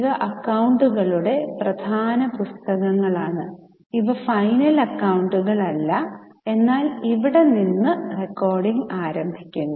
ഇവ അക്കൌണ്ടുകളുടെ പ്രധാന പുസ്തകങ്ങളാണ് ഇവ ഫൈനൽ അക്കൌണ്ടുകളല്ല എന്നാൽ ഇവിടെ നിന്ന് റെക്കോർഡിംഗ് ആരംഭിക്കുന്നു